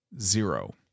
zero